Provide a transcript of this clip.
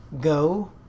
Go